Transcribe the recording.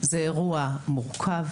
זה אירוע מורכב,